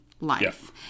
life